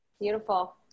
Beautiful